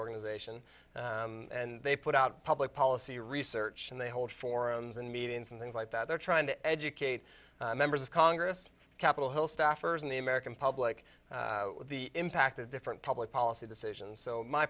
organization and they put out public policy research and they hold forums and meetings and things like that they're trying to educate members of congress capitol hill staffers and the american public with the impact of different public policy decisions so my